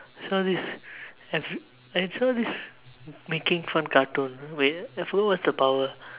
saw this every I saw making fun cartoon wait I forgot what's the power